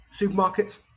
supermarkets